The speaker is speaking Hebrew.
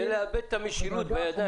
זה לאבד את המשילות בידיים.